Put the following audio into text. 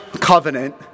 covenant